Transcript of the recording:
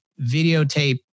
videotape